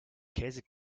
käsig